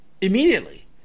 immediately